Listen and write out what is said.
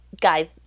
Guys